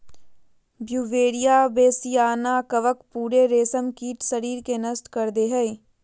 Beauveria bassiana कवक पूरे रेशमकीट शरीर के नष्ट कर दे हइ